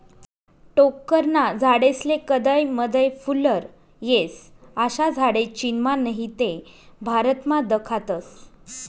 टोक्करना झाडेस्ले कदय मदय फुल्लर येस, अशा झाडे चीनमा नही ते भारतमा दखातस